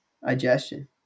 Digestion